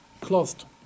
closed